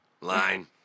line